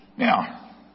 Now